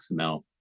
XML